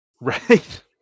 Right